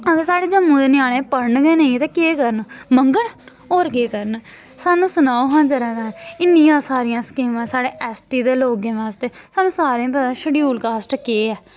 अगर साढ़े जम्मू दे ञ्यानें पढ़न गै नेईं ते केह् करन मंगन होर केह् करन सानूं सनाओ हा जरा के इन्नियां सारियां स्कीमां साढ़े एस टी दे लोकें बास्तै सानूं सारें गी पता शड्यूल कास्ट केह् ऐ